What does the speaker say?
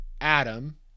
Adam